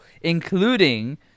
including